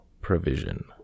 Provision